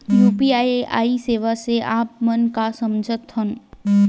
UPI सेवा से आप मन का समझ थान?